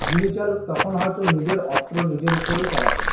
গুলিচালক তখন হয়তো নিজের অস্ত্র নিজের উপরে চালাতেন